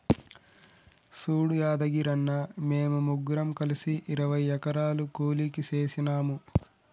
సూడు యాదగిరన్న, మేము ముగ్గురం కలిసి ఇరవై ఎకరాలు కూలికి సేసినాము